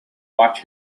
watch